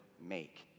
make